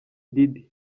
diddy